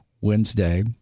Wednesday